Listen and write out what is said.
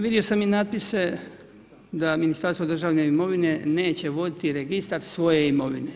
Vidio sam i natpise da Ministarstvo državne imovine, neće voditi registra svoje imovine.